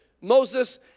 Moses